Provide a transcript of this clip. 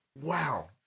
wow